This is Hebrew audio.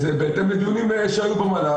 זה בהתאם לדיונים שהיו במל"ל.